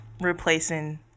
replacing